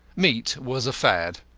meat was a fad.